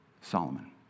Solomon